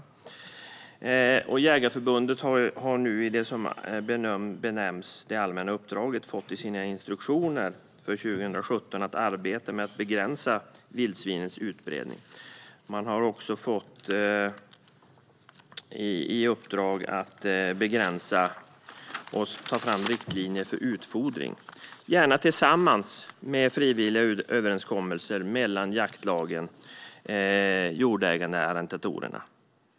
Svenska Jägarförbundet har nu i det som benämnts det allmänna uppdraget fått i sina instruktioner för 2017 att arbeta med att begränsa vildsvinens utbredning. Det har också fått i uppdrag att begränsa och ta fram riktlinjer för utfodring, gärna tillsammans med frivilliga överenskommelser mellan jaktlagen, jordägarna och arrendatorerna.